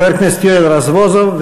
חבר הכנסת יואל רזבוזוב,